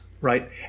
Right